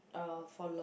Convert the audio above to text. uh for Law